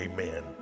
Amen